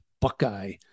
Buckeye